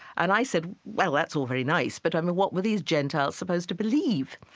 and i said, well, that's all very nice, but i mean, what were these gentiles supposed to believe?